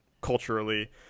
culturally